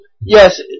yes